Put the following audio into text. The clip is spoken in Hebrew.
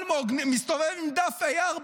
אלמוג מסתובב עם דף A4,